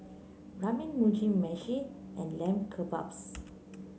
Ramen Mugi Meshi and Lamb Kebabs